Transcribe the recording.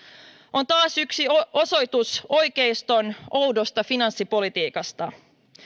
on taas yksi osoitus oikeiston oudosta finanssipolitiikasta